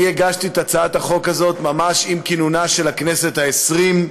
אני הגשתי את הצעת החוק הזאת ממש עם כינונה של הכנסת העשרים,